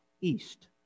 east